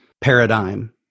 paradigm